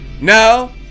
Now